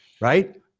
right